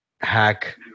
hack